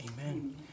Amen